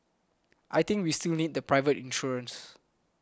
I think we still need the private insurers